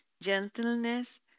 gentleness